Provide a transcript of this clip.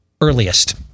earliest